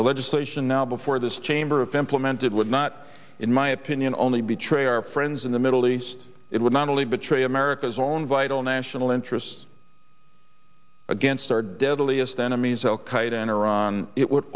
the legislation now before this chamber of implemented would not in my opinion only betray our friends in the middle east it would not only betray america's own vital national interests against our deadliest enemies